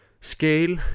scale